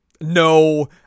No